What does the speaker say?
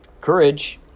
courage